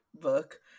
book